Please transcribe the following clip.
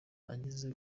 ageze